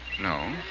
No